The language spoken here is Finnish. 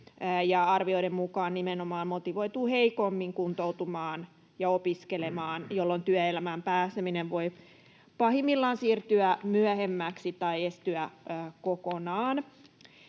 arvioiden mukaan nimenomaan motivoituu heikommin kuntoutumaan ja opiskelemaan, jolloin työelämään pääseminen voi pahimmillaan siirtyä myöhemmäksi tai estyä kokonaan.